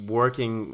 working